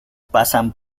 pasa